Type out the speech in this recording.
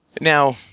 Now